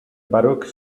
baroque